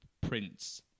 Prince